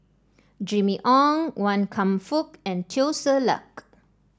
Jimmy Ong Wan Kam Fook and Teo Ser Luck